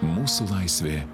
mūsų laisvė